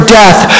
death